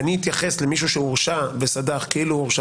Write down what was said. ואסתכל על מי שהורשע בסד"ח כאילו הורשע